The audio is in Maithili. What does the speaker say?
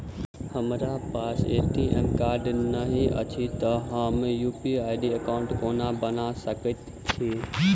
हमरा पास ए.टी.एम कार्ड नहि अछि तए हम यु.पी.आई एकॉउन्ट कोना बना सकैत छी